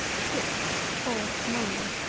pitt's false money,